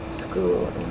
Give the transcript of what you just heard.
school